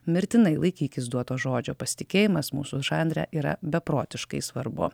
mirtinai laikykis duoto žodžio pasitikėjimas mūsų žanre yra beprotiškai svarbu